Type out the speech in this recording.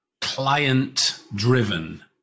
client-driven